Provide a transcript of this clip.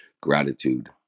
Gratitude